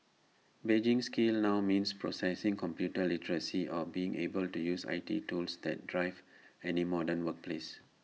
being skilled now means possessing computer literacy or being able to use I T tools that drive any modern workplace